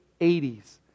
80s